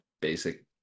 basic